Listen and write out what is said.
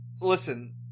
listen